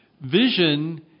Vision